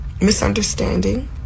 misunderstanding